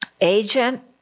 Agent